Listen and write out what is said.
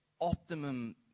optimum